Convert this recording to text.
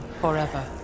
forever